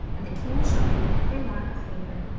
and the king showed him every mark of favour.